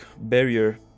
barrier